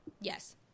Yes